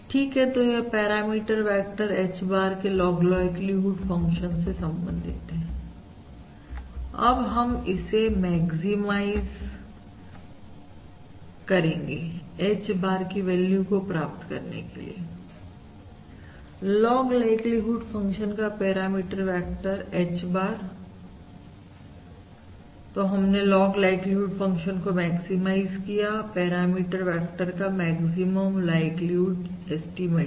ठीक है तो यह पैरामीटर वेक्टर H bar के लॉग लाइक्लीहुड फंक्शन से संबंधित है अब हमें इसे मैक्सिमाइज करना पड़ेगाH bar की वैल्यू को प्राप्त करने के लिए लॉग लाइक्लीहुड फंक्शन का पैरामीटर वेक्टर H barलॉग लाइक्लीहुड फंक्शन को मैक्सिमाइज किया पैरामीटर वेक्टर H bar का मैक्सिमम लाइक्लीहुड एस्टीमेट है